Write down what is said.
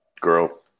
Girl